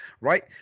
right